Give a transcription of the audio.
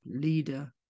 leader